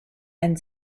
and